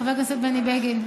חבר הכנסת בני בגין,